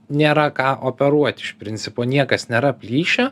nėra ką operuot iš principo niekas nėra plyšę